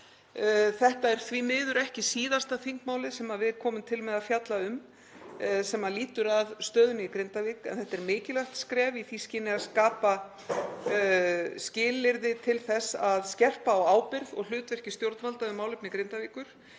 Þetta er því miður ekki síðasta þingmálið sem við komum til með að fjalla um sem lýtur að stöðunni í Grindavík. En þetta er mikilvægt skref í því skyni að skapa skilyrði til þess að skerpa á ábyrgð og hlutverki stjórnvalda um málefni Grindavíkur.